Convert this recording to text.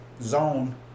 zone